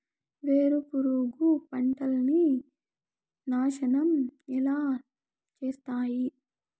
వేరుపురుగు పంటలని నాశనం ఎలా చేస్తాయి?